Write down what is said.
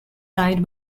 died